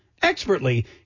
Expertly